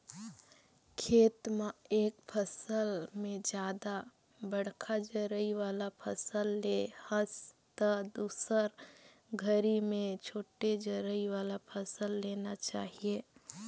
खेत म एक फसल में जादा बड़खा जरई वाला फसल ले हस त दुसर घरी में छोटे जरई वाला फसल लेना चाही